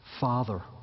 Father